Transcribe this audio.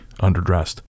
underdressed